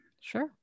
Sure